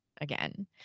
again